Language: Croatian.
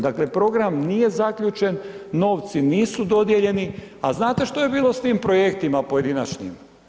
Dakle program nije zaključen, novci nisu dodijeljeni, a znate što je bilo s tim projektima pojedinačnim?